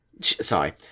Sorry